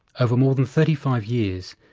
over more than thirty five years,